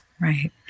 Right